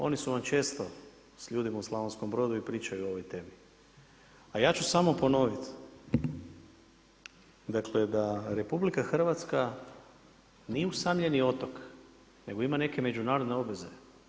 Oni su vam često s ljudima u Slavonskom Brodu i pričaju o ovoj temi, a ja ću samo ponoviti dakle da RH nije usamljeni otok, nego ima neke međunarodne obveze.